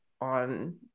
on